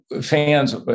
fans